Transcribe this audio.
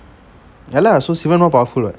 ya lah so sivan more powerful [what]